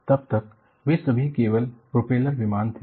तब तक वे सभी केवल प्रोपेलर विमान थे